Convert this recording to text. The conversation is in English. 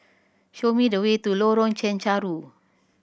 show me the way to Lorong Chencharu